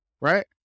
right